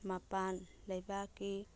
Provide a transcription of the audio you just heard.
ꯃꯄꯥꯟ ꯂꯩꯕꯥꯛꯀꯤ